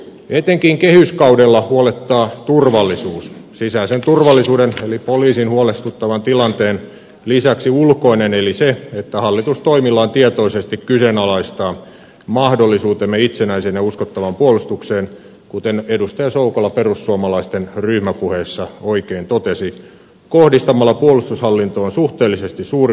etenkin kehyskaudella huolettaa turvallisuus sisäisen turvallisuuden eli poliisin huolestuttavan tilanteen lisäksi ulkoinen eli se että hallitus toimillaan tietoisesti kyseenalaistaa mahdollisuutemme itsenäiseen ja uskottavaan puolustukseen kuten edustaja soukola perussuomalaisten ryhmäpuheessa oikein totesi kohdistamalla puolustushallintoon suhteellisesti suurimmat leikkaukset